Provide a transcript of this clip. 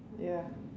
ya